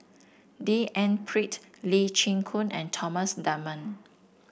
D N Pritt Lee Chin Koon and Thomas Dunman